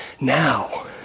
now